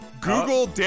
Google